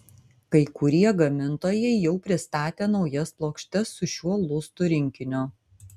kai kurie gamintojai jau pristatė naujas plokštes su šiuo lustų rinkiniu